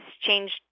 changed